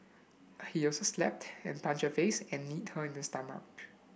he also slapped and punched her face and kneed her in the stomach